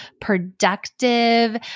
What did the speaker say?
productive